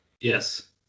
Yes